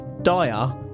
dire